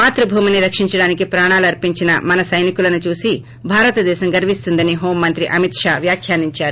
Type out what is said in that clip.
మాతృభూమిని రక్షించడానికి ప్రాణాలు అర్సించిన మన సైనికులను చూసి భారతదేశం గర్విస్తుందని హోం మంత్రి అమిత్ షా వ్యాఖ్యానించారు